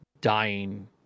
dying